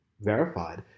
verified